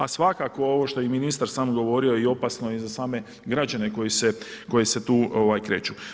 A svakako ovo što je i ministar sam govorio i opasno je za same građane koji se tu kreču.